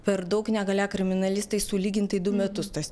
per daug negalia kriminalistai sulygint tai du metus tas